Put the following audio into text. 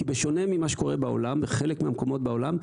כי בשונה ממה שקורה בחלק מהמקומות בעולם,